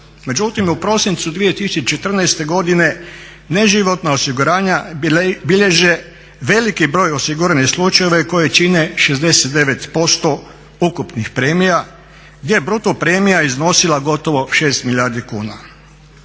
Međutim, u prosincu 2014. godine neživotna osiguranja bilježe veliki broj osiguranih slučajeva koje čine 69% ukupnih premija gdje je bruto premija iznosila gotovo 6 milijardi kuna.